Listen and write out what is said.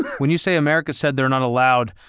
when you say america said they're not allowed,